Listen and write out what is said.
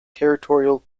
territorial